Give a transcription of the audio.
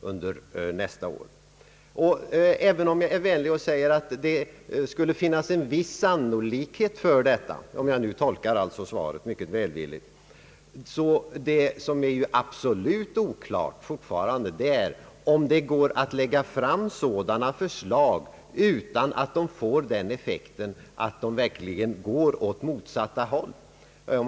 Om jag nu tolkar svaret mycket välvilligt och säger, att det skulle finnas en viss sannolikhet för detta, så är det dock fortfarande absolut oklart om sådana förslag kan läggas fram utan att de får en effekt åt det rakt motsatta hållet.